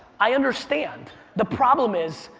i understand. the problem is,